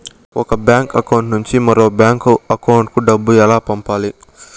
ఒక bank account నుంచి మరొక బ్యాంకు అకౌంట్ కు డబ్బు ఎలా పంపాలి